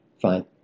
Fine